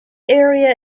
area